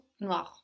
noir